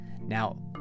Now